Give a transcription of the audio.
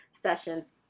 sessions